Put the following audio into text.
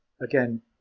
Again